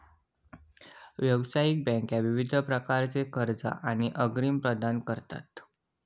व्यावसायिक बँका विविध प्रकारची कर्जा आणि अग्रिम प्रदान करतत